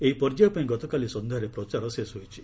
ଏହି ପର୍ଯ୍ୟାୟ ପାଇଁ ଗତକାଲି ସନ୍ଧ୍ୟାରେ ପ୍ରଚାର ଶେଷ ହୋଇଛି